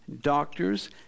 doctors